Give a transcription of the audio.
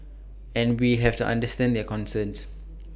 and we have to understand their concerns